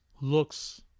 looks